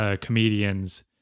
comedians